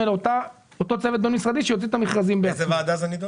זו בעצם הייתה השאלה.